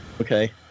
Okay